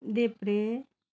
देब्रे